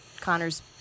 Connor's